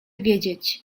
wiedzieć